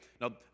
Now